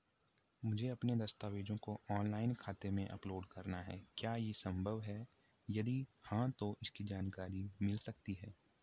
मुझे अपने दस्तावेज़ों को ऑनलाइन खाते में अपलोड करना है क्या ये संभव है यदि हाँ तो इसकी जानकारी मिल सकती है?